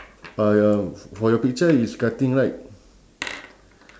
uh ya f~ for your picture he's cutting right